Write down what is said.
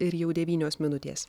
ir jau devynios minutės